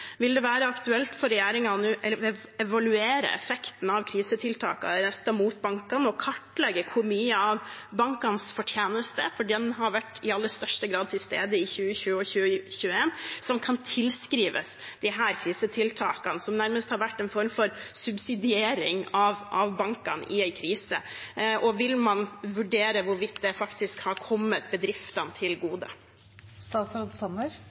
Vil det nå være aktuelt for regjeringen å evaluere effekten av krisetiltakene som har vært rettet mot bankene, og kartlegge hvor mye av bankenes fortjeneste – den har i aller største grad vært til stede i 2020 og 2021 – som kan tilskrives disse krisetiltakene, som nærmest har vært en form for subsidiering av bankene i en krise? Og vil man vurdere hvorvidt det faktisk har kommet bedriftene til